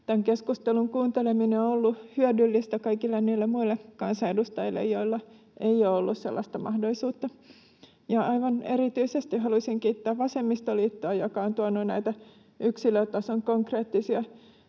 tämän keskustelun kuunteleminen on ollut hyödyllistä kaikille niille muille kansanedustajille, joilla ei ole ollut sellaista mahdollisuutta. Aivan erityisesti haluaisin kiittää vasemmistoliittoa, joka on tuonut näitä yksilötason konkreettisia